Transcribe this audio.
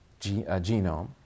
genome